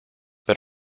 but